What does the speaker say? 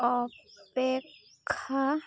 ଅପେକ୍ଷା